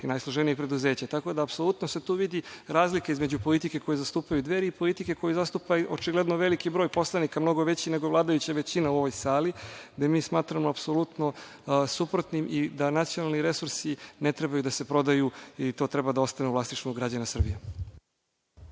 i najsloženijeg preduzeća. Tako da, apsolutno se tu vidi razlika između politike koju zastupaju Dveri i politike koju zastupa i očigledno veliki broj poslanika, mnogo veći nego vladajuća većina u ovoj sali, gde mi smatramo apsolutno suprotnim i da nacionalni resursi ne trebaju da se prodaju i to treba da ostane u vlasništvu građana Srbije.